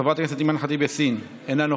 אנחנו נעבור להסתייגות מס' 27, של קבוצת ימינה.